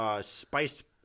Spiced –